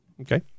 Okay